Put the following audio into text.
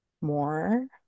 more